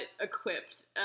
equipped